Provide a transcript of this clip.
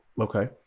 Okay